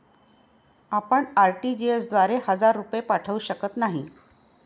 आपण आर.टी.जी.एस द्वारे हजार रुपये पाठवू शकत नाही